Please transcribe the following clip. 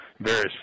various